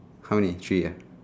how many three uh